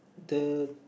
the